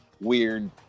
weird